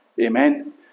amen